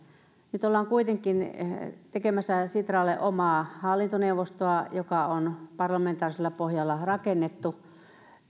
nyt ollaan kuitenkin tekemässä sitralle omaa hallintoneuvostoa joka on parlamentaarisella pohjalla rakennettu